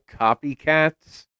Copycat's